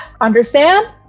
Understand